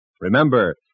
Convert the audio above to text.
Remember